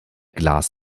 glas